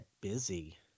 busy